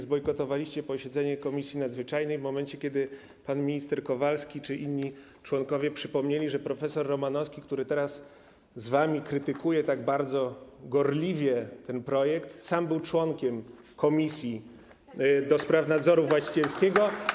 Zbojkotowaliście posiedzenie Komisji Nadzwyczajnej w momencie, kiedy pan minister Kowalski i inni członkowie przypomnieli, że prof. Romanowski, który teraz tak gorliwie krytykuje z wami ten projekt, sam był członkiem komisji do spraw nadzoru właścicielskiego.